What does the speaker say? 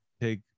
take